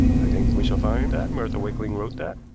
i think we shall find that martha wakeling wrote that,